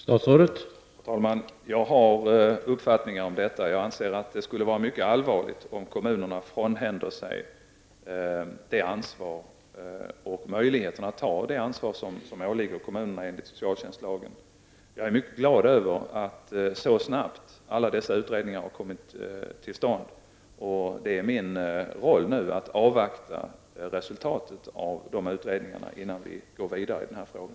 Herr talman! Jag har uppfattningar om detta. Jag anser att det skulle vara mycket allvarligt om kommunerna frånhänder sig den möjlighet att ta ansvar som åligger kommunerna enligt socialtjänstlagen. Jag är mycket glad över att alla dessa utredningar så snabbt har kommit till stånd. Nu är det min roll att avvakta resultaten innan vi går vidare i denna fråga.